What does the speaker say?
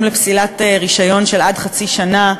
לפסילה אוטומטית של רישיון הנהיגה של עד חצי שנה.